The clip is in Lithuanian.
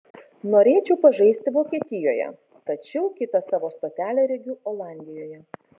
norėčiau pažaisti vokietijoje tačiau kitą savo stotelę regiu olandijoje